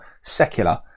secular